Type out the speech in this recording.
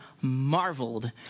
marveled